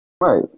Right